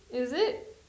is it